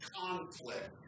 conflict